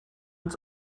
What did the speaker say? uns